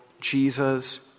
Jesus